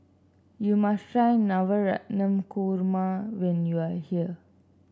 you must try Navratan Korma when you are here